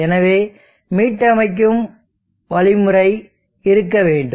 எனவே மீட்டமைக்கும் வழிமுறை இருக்க வேண்டும்